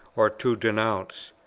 or to denounce.